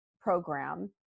program